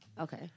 Okay